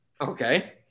Okay